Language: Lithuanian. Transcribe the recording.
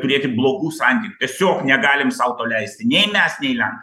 turėti blogų santykių tiesiog negalim sau to leisti nei mes nei lenkai